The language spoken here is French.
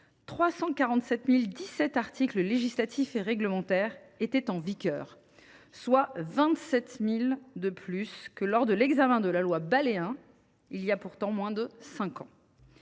347 017 articles législatifs et réglementaires étaient en vigueur, soit 27 000 de plus que lors de l’examen de la proposition de loi Balai I, voilà pourtant moins de cinq ans.